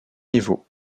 niveaux